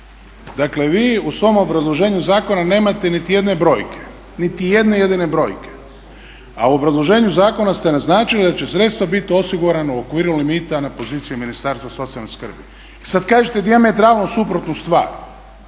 Dakle vi u svom obrazloženju zakona nemate niti jedne brojke, niti jedne jedine brojke, a u obrazloženju zakona ste naznačili da će sredstva biti osigurana u okviru limita na poziciji Ministarstva socijalne skrbi. E sad kažete dijametralno suprotnu stvar.